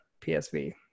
PSV